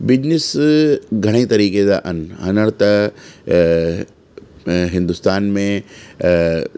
business घणेई तरिक़े जा आहिनि हींअर त हिंदुस्तान में